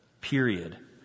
period